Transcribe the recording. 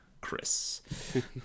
Chris